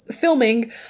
filming